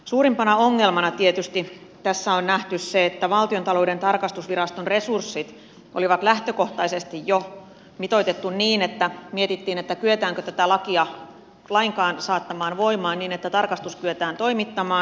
suurimpana ongelmana tietysti tässä on nähty se että valtiontalouden tarkastusviraston resurssit oli lähtökohtaisesti jo mitoitettu niin että mietittiin kyetäänkö tätä lakia lainkaan saattamaan voimaan niin että tarkastus kyetään toimittamaan